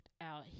out